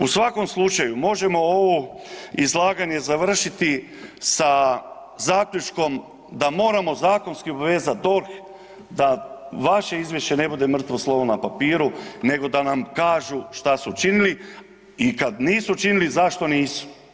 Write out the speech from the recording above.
U svakom slučaju možemo ovo izlaganje završiti sa zaključkom, da moramo zakonski obvezati DORH, da vaše izvješće ne bude mrtvo slovo na papiru nego da nam kažu šta su učinili i kada nisu činili zašto nisu.